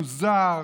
מוזר,